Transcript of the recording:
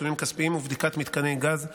עיצומים כספיים ובדיקת מתקני גז),